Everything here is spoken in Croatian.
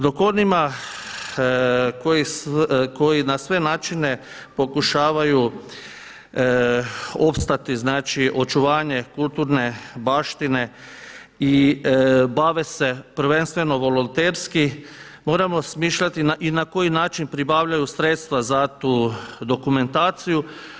Dok onima koji na sve načine pokušavaju opstati, znači očuvanje kulturne baštine i bave se prvenstveno volonterski moramo smišljati i na koji način pribavljaju sredstva za tu dokumentaciju.